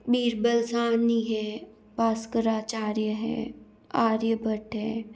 बीरबल साहनी हैं भास्कराचार्य हैं आर्यभट्ट हैं